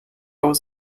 was